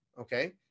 Okay